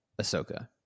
Ahsoka